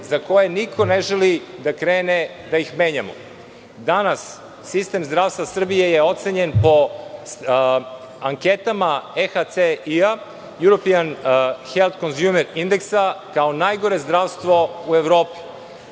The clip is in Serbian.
za koje niko ne želi da krene da ih menjamo. Danas sistem zdravstva Srbije je ocenjen po anketama NHCI i „Juropian help konvjument indeksa“ kao najgore zdravstvo u Evropi.